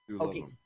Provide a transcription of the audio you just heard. Okay